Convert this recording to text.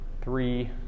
three